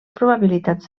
probabilitats